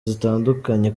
zitandukanye